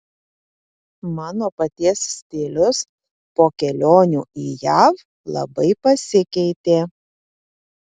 mano paties stilius po kelionių į jav labai pasikeitė